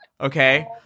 Okay